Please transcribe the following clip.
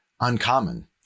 uncommon